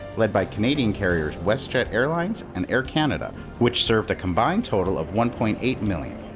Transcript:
led by canadian carriers westjet airlines and air canada which served a combined total of one point eight million.